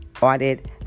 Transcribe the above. audit